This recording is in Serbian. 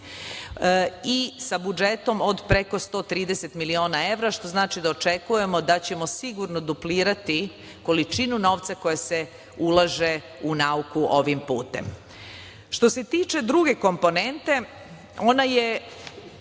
i sa budžetom od preko 130 miliona evra, što znači da očekujemo da ćemo sigurno duplirati količinu novca koja se ulaže u nauku ovim putem. Što se tiče druge komponente, ona je